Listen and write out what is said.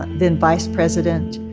then vice president.